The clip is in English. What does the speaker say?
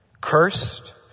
Cursed